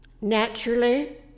Naturally